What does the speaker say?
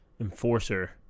enforcer